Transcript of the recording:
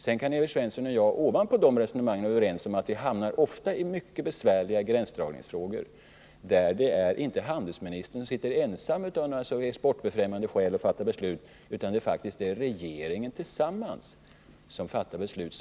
Sedan kan Evert Svensson och jag ovanpå dessa resonemang vara överens om att vi ofta hamnar i mycket besvärliga gränsdragningsfrågor, där handelsministern inte sitter ensam och fattar beslut av exportbefrämjande skäl; det är faktiskt regeringen tillsammans som fattar besluten.